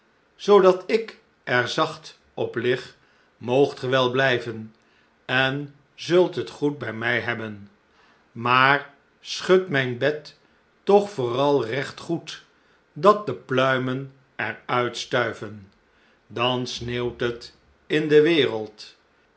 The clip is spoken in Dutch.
zoodat ik er zacht op lig moogt gij wel blijven en zult het goed bij mij hebben maar schud mijn bed toch vooral regt goed dat de pluimen er uit stuiven dan sneeuwt het in de wereld